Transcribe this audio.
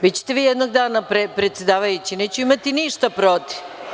Bićete vi jednog dana predsedavajući, neću imati ništa protiv.